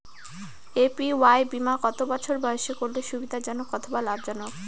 APY বীমা কত বছর বয়সে করলে সুবিধা জনক অথবা লাভজনক?